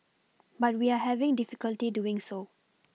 but we are having difficulty doing so